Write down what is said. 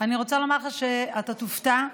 אני רוצה לומר שאתה תופתע,